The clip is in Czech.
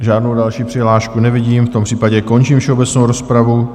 Žádnou další přihlášku nevidím, v tom případě končím všeobecnou rozpravu.